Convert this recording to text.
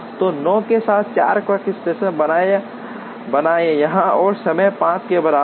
तो 9 के साथ 4 वर्कस्टेशन बनाएं यहां और समय 5 के बराबर